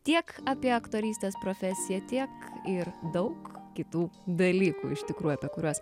tiek apie aktorystės profesiją tiek ir daug kitų dalykų iš tikrųjų apie kuriuos